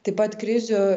taip pat krizių